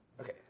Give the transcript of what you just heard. Okay